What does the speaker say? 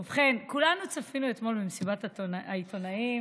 ובכן, כולנו צפינו אתמול במסיבת העיתונאים